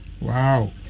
Wow